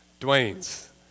Dwayne's